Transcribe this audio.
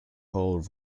whole